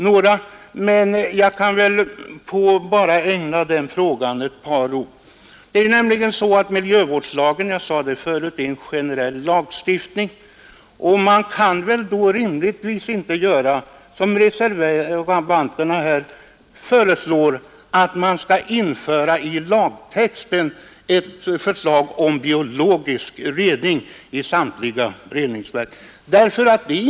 Låt mig bara ägna den frågan några få ord. Miljöskyddslagen är, som jag sade förut, en generell lagstiftning. Man kan väl då rimligtvis inte, som reservanterna här föreslår, i lagtexten införa krav på biologisk rening i samtliga reningsverk.